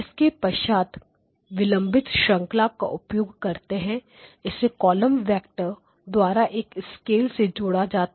इसके पश्चात क विलंब श्रंखला का उपयोग करते हुऐ कॉलम वेक्टर द्वारा एक स्केल से जोड़ा जाता है